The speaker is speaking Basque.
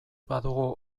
badugu